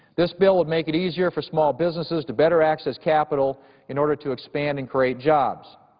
this bill would make it easier for small businesses to better access capital in order to expand and create jobs.